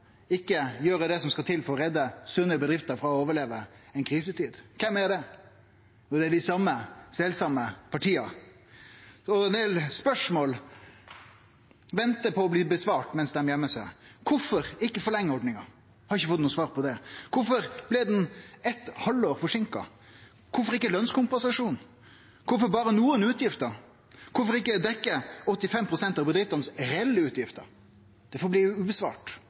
ikkje gjere det som skal til for å redde sunne bedrifter så dei kan overleve ei krisetid? Kven er det? Jo, det er dei same partia. Ein del spørsmål ventar på svar mens dei gøymer seg. Kvifor ikkje forlenge ordninga? Vi har ikkje fått noko svar på det. Kvifor blei ho eit halvår forseinka? Kvifor ikkje gi lønskompensasjon? Kvifor berre nokre utgifter – kvifor ikkje dekkje 85 pst. av dei reelle utgiftene til bedriftene? Det